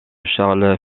charles